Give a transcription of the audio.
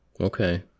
Okay